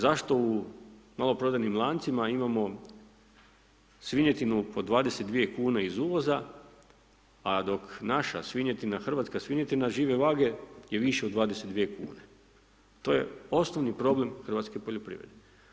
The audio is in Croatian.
Zašto u maloprodajnim lancima imamo svinjetinu po 22 kune iz uvoza, a dok naša svinjetina hrvatska svinjetina žive vage je više od 22 kune, to je osnovni problem hrvatske poljoprivrede.